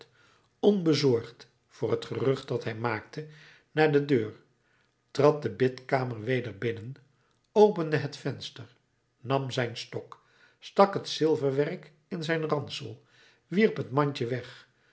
onbezorgd voor het gerucht dat hij maakte naar de deur trad de bidkamer weder binnen opende het venster nam zijn stok stak het zilverwerk in zijn ransel wierp het mandje weg